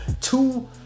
Two